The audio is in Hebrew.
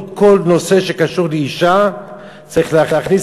לא כל נושא שקשור לאישה צריך להכניס